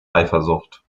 eifersucht